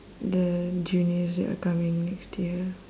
the juniors that are coming next year